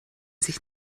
sich